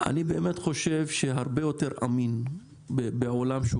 אני באמת חושב שהרבה יותר אמין בעולם שהוא